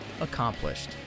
accomplished